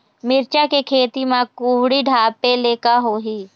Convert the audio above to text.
मिरचा के खेती म कुहड़ी ढापे ले का होही?